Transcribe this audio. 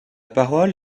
parole